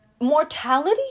mortality